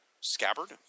Scabbard